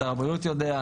שר הבריאות יודע,